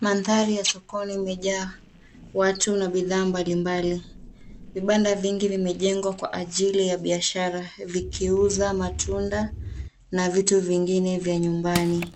Mandhari ya sokoni imejaa watu na bidhaa mbalimbali. Vibanda vingi vimejengwa kwa ajili ya biashara vikiuza matunda na vitu vingine vya nyumbani.